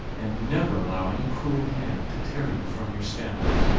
and never allow any cruel hand to tear you from your stems.